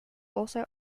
also